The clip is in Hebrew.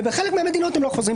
ובחלק מהמדינות הם לא חוזרים.